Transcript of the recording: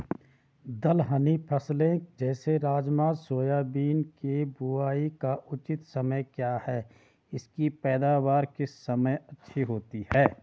दलहनी फसलें जैसे राजमा सोयाबीन के बुआई का उचित समय क्या है इसकी पैदावार किस समय अच्छी होती है?